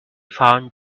found